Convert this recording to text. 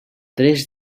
tres